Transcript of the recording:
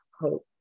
hope